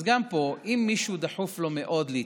אז גם פה, אם למישהו דחוף מאוד להתחתן,